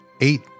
eight